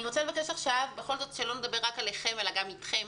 אני רוצה לבקש עכשיו בכל זאת שלא נדבר רק עליכם אלא גם אתכם.